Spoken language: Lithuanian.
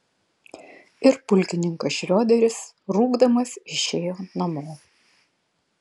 ir pulkininkas šrioderis rūgdamas išėjo namo